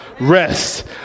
Rest